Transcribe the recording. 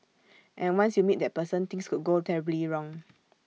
and once you meet that person things could go terribly wrong